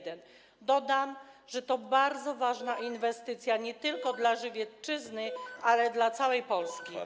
Dodam, że to bardzo ważna inwestycja nie tylko dla Żywiecczyzny, ale i dla całej Polski.